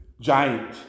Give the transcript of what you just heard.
giant